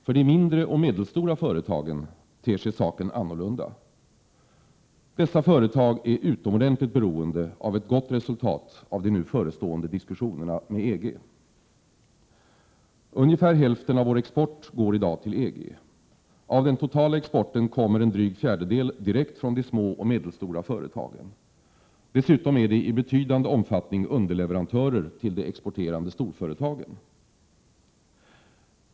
För de mindre och medelstora företagen ter sig saken annorlunda: Dessa företag är utomordentligt beroende av ett gott resultat av de nu förestående diskussionerna med EG. Ungefär hälften av vår export går i dag till EG. Av den totala svenska exporten kommer en dryg fjärdedel direkt från de små och medelstora företagen. Dessutom är de i betydande omfattning underleverantörer till de exporterande storföretagen.